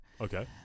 Okay